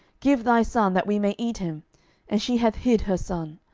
give thy son, that we may eat him and she hath hid her son.